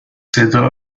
صدای